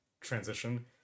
transition